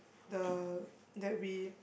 the that we